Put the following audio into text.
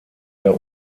der